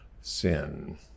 sin